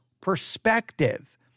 perspective